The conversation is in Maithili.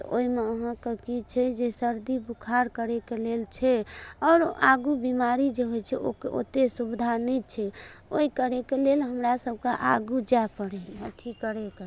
तऽ ओहिमे अहाँके की छै जे सर्दी बुखार करैके लेल छै आओर आगू बिमारी जे होइ छै ओकर ओत्ते सुविधा नहि छै ओहि करैके लेल हमरा सभके आगू जाइ पड़ैया अथि करैके